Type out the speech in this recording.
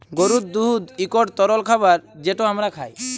গরুর দুহুদ ইকট তরল খাবার যেট আমরা খাই